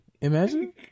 Imagine